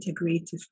integrative